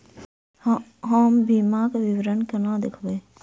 हम बीमाक विवरण कोना देखबै?